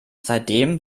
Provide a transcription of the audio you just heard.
seitdem